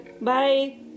Bye